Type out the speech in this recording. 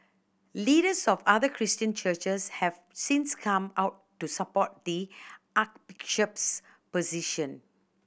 leaders of other Christian churches have since come out to support the position